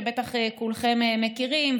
שבטח כולכם מכירים,